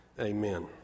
Amen